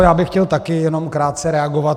Já bych chtěl také jenom krátce reagovat.